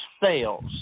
fails